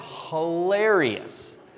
hilarious